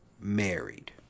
married